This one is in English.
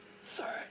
Sorry